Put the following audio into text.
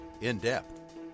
In-Depth